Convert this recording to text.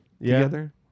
together